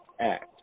act